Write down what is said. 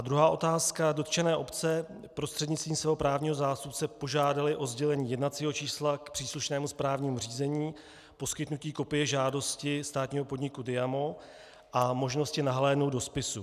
Druhá otázka: Dotčené obce prostřednictvím svého právního zástupce požádaly o sdělení jednacího čísla k příslušnému správnímu řízení, poskytnutí kopie žádosti státního podniku DIAMO a možnosti nahlédnout do spisu.